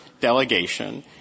delegation